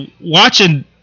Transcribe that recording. watching